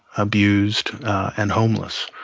abused and homeless.